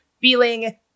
feeling